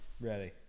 Ready